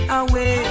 away